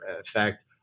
effect